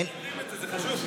כשאתם אומרים את זה, זה חשוב.